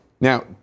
Now